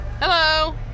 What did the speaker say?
Hello